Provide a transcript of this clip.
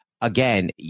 again